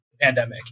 pandemic